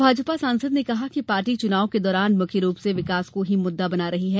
भाजपा सांसद ने कहा कि पार्टी चुनाव के दौरान मुख्य रूप से विकास को ही मुद्दा बना रही है